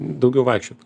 daugiau vaikščiot